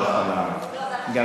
לא, בכל הארץ.